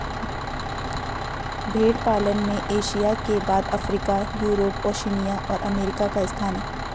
भेंड़ पालन में एशिया के बाद अफ्रीका, यूरोप, ओशिनिया और अमेरिका का स्थान है